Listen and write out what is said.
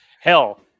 Hell